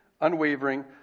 unwavering